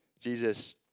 Jesus